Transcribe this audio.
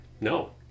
no